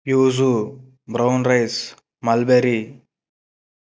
fuse brown rice mulberry